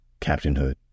captainhood